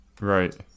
right